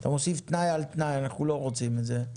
אתה מוסיף תנאי על תנאי ואנחנו לא רוצים את זה.